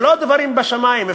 זה לא דברים בשמים,